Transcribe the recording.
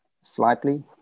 slightly